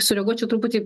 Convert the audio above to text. sureaguočiau turbūt į